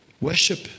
Worship